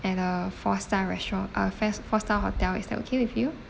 and a four star restaurant uh fes~ four star hotel is that okay with you